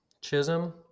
Chisholm